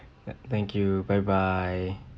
thank you bye bye